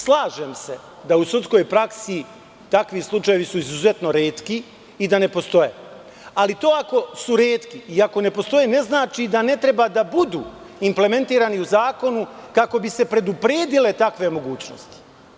Slažem se da su u sudskoj praksi takvi slučajevi izuzetno retki i da ne postoje, ali ako su retki ili ako ne postoje, to ne znači da ne treba da budu implementirani u zakonu kako bi se predupredile takve mogućnosti.